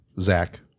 Zach